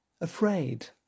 Afraid